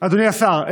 אדוני השר,